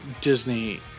Disney